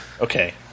Okay